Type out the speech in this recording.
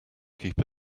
keep